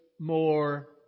more